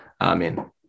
Amen